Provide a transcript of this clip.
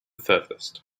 furthest